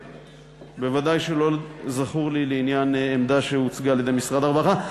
ודאי שלא זכור לי לעניין עמדה שהוצגה על-ידי משרד הרווחה,